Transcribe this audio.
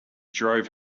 drove